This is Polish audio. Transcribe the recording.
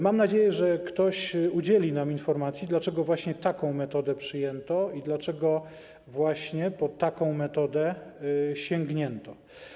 Mam nadzieję, że ktoś udzieli nam informacji, dlaczego właśnie taką metodę przyjęto i dlaczego właśnie po taką metodę sięgnięto.